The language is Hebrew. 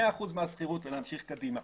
מאה אחוזים של השכירות ולהמשיך קדימה.